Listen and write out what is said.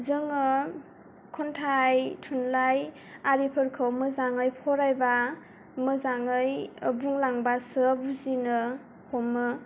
जोङो खन्थाइ थुनलाइआरिफोरखौ मोजाङै फरायब्ला मोजाङै बुंलांब्लासो बुजिनो हमो